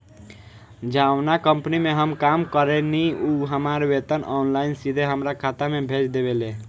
जावना कंपनी में हम काम करेनी उ हमार वेतन ऑनलाइन सीधे हमरा खाता में भेज देवेले